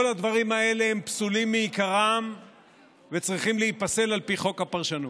כל הדברים האלה פסולים מעיקרם וצריכים להיפסל על פי חוק הפרשנות.